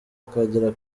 akagera